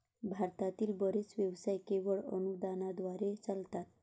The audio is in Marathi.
भारतातील बरेच व्यवसाय केवळ अनुदानाद्वारे चालतात